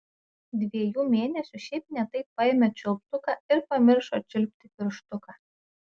dviejų mėnesių šiaip ne taip paėmė čiulptuką ir pamiršo čiulpti pirštuką